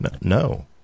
No